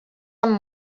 amb